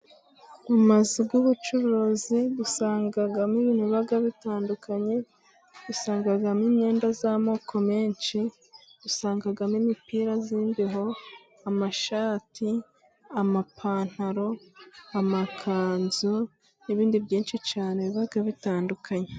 Mu mazu y'ubucuruzi dusangamo ibintu biba bitandukanye, usangamo imyenda y'amoko menshi, usangamo imipira z'imbeho, amashati, amapantaro, amakanzu n'ibindi byinshi cyane biba bitandukanye.